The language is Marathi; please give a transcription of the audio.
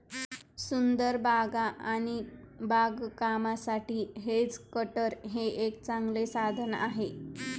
सुंदर बागा आणि बागकामासाठी हेज कटर हे एक चांगले साधन आहे